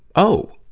oh,